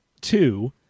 Two